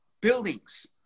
buildings